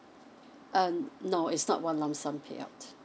um no it's not one lump sum payout